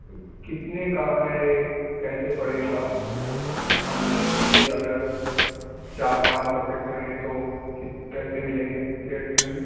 کتنے کا ہے کیسے پڑے گا ہم اس کے اگر چار پانچ بکیٹ چاہیں تو کت کیسے ملیں گے کس ریٹ میں ہمیں